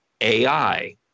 AI